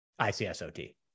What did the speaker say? ICS-OT